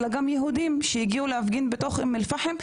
אלא גם יהודים שהגיעו להפגין בתוך אום אל פחם,